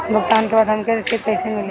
भुगतान के बाद हमके रसीद कईसे मिली?